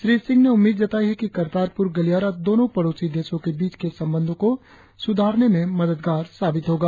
श्री सिंह ने उम्मीद जताई है कि करतारपुर गलियारा दोनो पड़ोसी देशों के बीच के संबंधों को सुधारने में मददगार साबित होगा